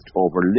over